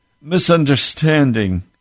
misunderstanding